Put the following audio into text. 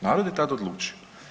Narod je tad odlučio.